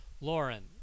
Lauren